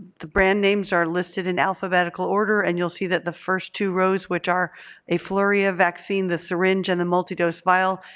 the brand names are listed in alphabetical order and you'll see that the first two rows, which are afluria vaccine, the syringe and the multi-dose vial,